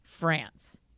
France